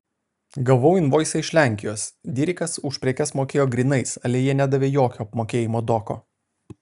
gavau invoisą iš lenkijos dirikas už prekes mokėjo grynais ale jie nedavė jokio apmokėjimo doko